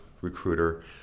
recruiter